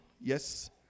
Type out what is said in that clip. Yes